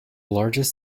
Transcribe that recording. largest